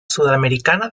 sudamericana